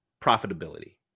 profitability